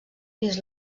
dins